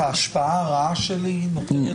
ההשפעה הרעה שלי נותרת.